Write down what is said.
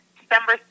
December